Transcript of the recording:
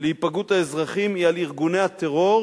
להיפגעות האזרחים היא על ארגוני הטרור,